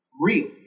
real